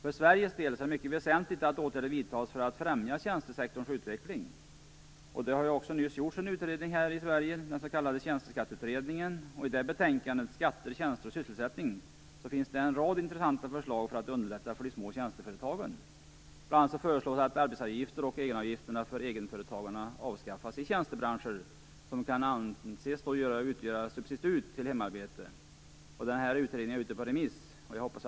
För Sveriges del är det mycket väsentligt att åtgärder vidtas för att främja tjänstesektorns utveckling. Det har nyss gjorts en utredning i Sverige inom området, den s.k. Tjänsteskatteutredningen. I dess betänkande Skatter, tjänster och sysselsättning finns det en rad intressanta förslag för att underlätta för de små tjänsteföretagen. Bl.a. föreslås att arbetsgivaravgifter och egenavgifter för egenföretagarna avskaffas i tjänstebranscher som kan anses utgöra substitut till hemarbete. Utredningen är ute på remiss.